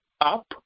up